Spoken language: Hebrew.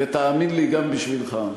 ותאמין לי שגם בשבילך.